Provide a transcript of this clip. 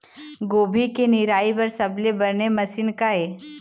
गोभी के निराई बर सबले बने मशीन का ये?